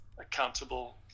accountable